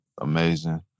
amazing